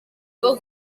bwo